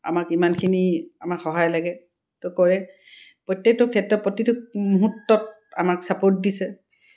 আমাক ইমানখিনি আমাক সহায় লাগে তো কৰে প্ৰত্যেকটো ক্ষেত্ৰত প্ৰতিটো মুহূৰ্তত আমাক চাপৰ্ট দিছে